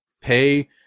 pay